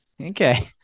Okay